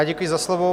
Děkuji za slovo.